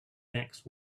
next